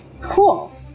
cool